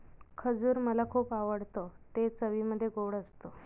खजूर मला खुप आवडतं ते चवीमध्ये गोड असत